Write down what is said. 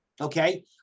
okay